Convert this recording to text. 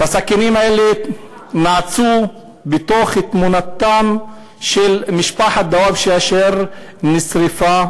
את הסכינים האלה נעצו בתוך תמונתם של בני משפחת דוואבשה אשר נשרפה,